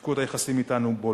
ניתקו את היחסים אתנו בוליביה,